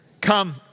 Come